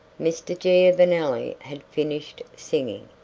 mr. giovanelli had finished singing.